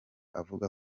avuga